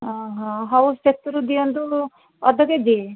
ହଁ ହଁ ହଉ ସେଥିରୁ ଦିଅନ୍ତୁ ଅଧ କେ ଜି